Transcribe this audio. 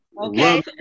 Okay